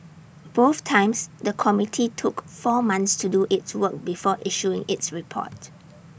both times the committee took four months to do its work before issuing its report